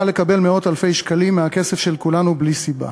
לקבל מאות אלפי שקלים מהכסף של כולנו בלי סיבה.